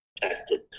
protected